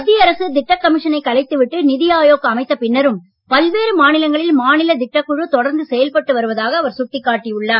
மத்திய அரசு திட்டக் கமிஷனைக் கலைத்து விட்டு நிதி ஆயோக் அமைத்த பின்னரும் பல்வேறு மாநிலங்களில் மாநில திட்டக் குழு தொடர்ந்து செயல்பட்டு வருவதாக அவர் சுட்டிக் காட்டி உள்ளார்